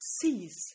sees